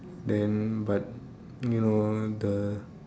then but you know the